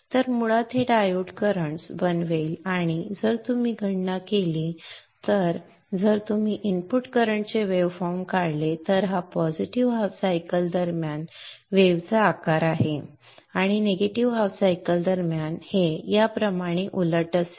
तर मुळात हे डायोड करंट्स बनवेल आणि जर आपण गणना केली तर जर आपण इनपुट करंट चे वेव्ह फॉर्म काढले तर हा पॉझिटिव्ह हाफ सायकल दरम्यान वेव्हचा आकार आहे आणि निगेटिव्ह हाफ सायकल दरम्यान हे याप्रमाणे उलट असेल